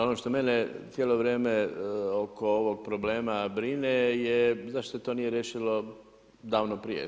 Ono što mene cijelo vrijeme oko ovog problema brine, je zašto to nije riješilo davno prije.